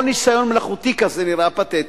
כל ניסיון מלאכותי כזה נראה פתטי.